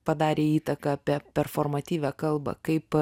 padarė įtaką pe performatyvią kalbą kaip